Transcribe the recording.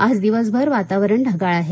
आज दिवसभर वातावरण ढगाळ आहे